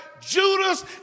Judas